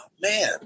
man